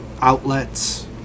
outlets